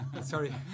Sorry